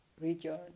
region